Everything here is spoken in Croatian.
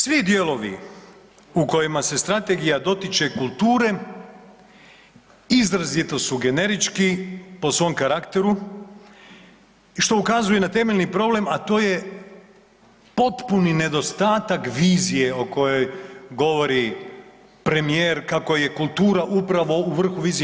Svi dijelovi u kojima se strategija dotiče kulture izrazito su generički po svom karakteru i što ukazuje na temeljni problem, a to je potpuni nedostatak vizije o kojoj govori premijer kako je kultura upravo u vrhu vizije.